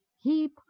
heap